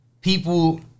people